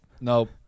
nope